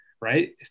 right